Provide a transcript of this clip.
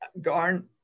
Garn